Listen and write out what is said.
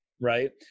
right